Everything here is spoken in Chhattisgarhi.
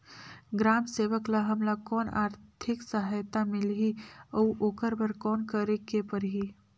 ग्राम सेवक ल हमला कौन आरथिक सहायता मिलही अउ ओकर बर कौन करे के परही?